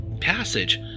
passage